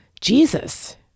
Jesus